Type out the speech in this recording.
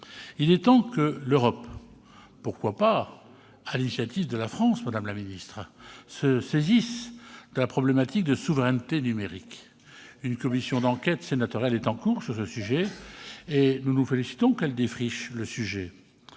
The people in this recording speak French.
Il est temps que l'Europe- pourquoi pas sur l'initiative de la France, madame la secrétaire d'État ? -se saisisse de la problématique de la souveraineté numérique. Une commission d'enquête sénatoriale est en cours, et nous nous félicitons qu'elle défriche le sujet.